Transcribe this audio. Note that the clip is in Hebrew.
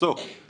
סוף.